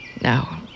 No